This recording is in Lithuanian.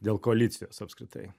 dėl koalicijos apskritai